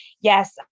yes